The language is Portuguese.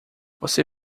você